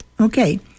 Okay